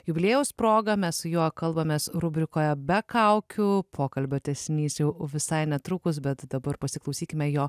jubiliejaus proga mes su juo kalbamės rubrikoje be kaukių pokalbio tęsinys jau visai netrukus bet dabar pasiklausykime jo